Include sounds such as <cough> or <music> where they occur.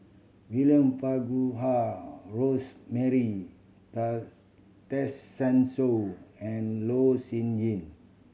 William Farquhar Rosemary <unintelligible> Tessensohn and Loh Sin Yun